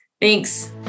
Thanks